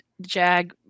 Jag